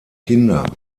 kinder